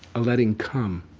a letting come